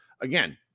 again